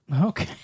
Okay